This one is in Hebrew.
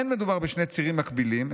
אין מדובר בשני צירים מקבילים,